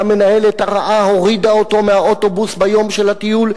שהמנהלת הרעה הורידה אותו מהאוטובוס ביום של הטיול,